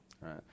right